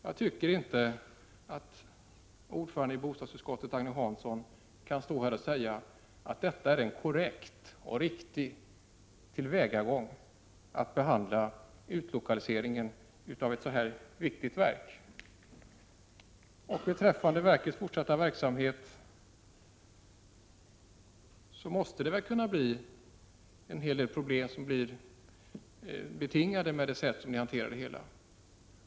Jag tycker inte att ordföranden i bostadsutskottet, Agne Hansson, kan stå här och säga att det är korrekt och riktigt att behandla utlokaliseringen av ett så här viktigt verk på detta sätt. Beträffande verkets fortsatta arbete måste en hel del problem påverkas av det sätt på vilket ni hanterar frågan.